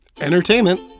entertainment